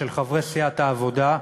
של חברי סיעת העבודה,